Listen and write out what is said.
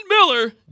Miller